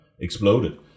exploded